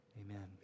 Amen